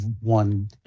one